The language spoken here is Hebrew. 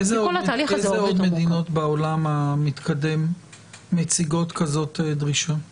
איזה עוד מדינות בעולם המתקדם מציגות דרישה כזאת?